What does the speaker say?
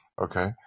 Okay